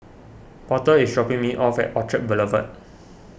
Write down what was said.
Porter is dropping me off at Orchard Boulevard